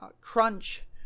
Crunch